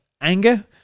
anger